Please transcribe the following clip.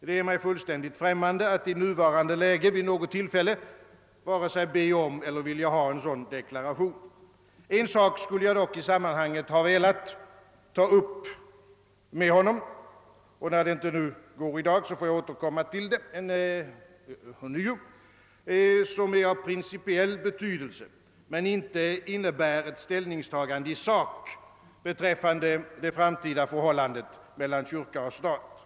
Det är mig fullständigt främmande att i nuvarande läge vid något tillfälle vare sig be om eller vilja ha en sådan deklaration. En sak beträffande det framtida förhållandet mellan kyrka och stat, som är av principiell betydelse men inte innebär ett ställningstagande i sak, skulle jag dock i detta sammanhang ha velat ta upp med honom, och när det nu inte går i dag, så får jag återkomma till det.